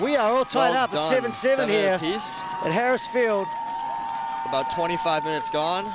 at harris field about twenty five minutes gone